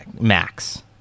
max